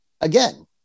again